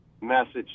message